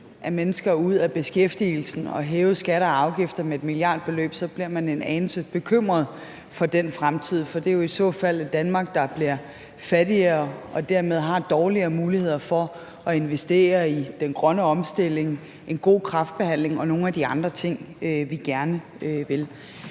mennesker ud af beskæftigelsen og hæve skatter og afgifter med et milliardbeløb, så bliver man en anelse bekymret for den fremtid, for det er jo i så fald et Danmark, der bliver fattigere, og som dermed har dårligere muligheder for at investere i den grønne omstilling, en god kræftbehandling og nogle af de andre ting, vi gerne vil.